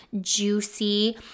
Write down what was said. juicy